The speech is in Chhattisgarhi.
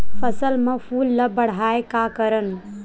फसल म फूल ल बढ़ाय का करन?